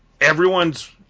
everyone's